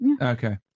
Okay